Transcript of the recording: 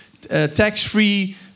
tax-free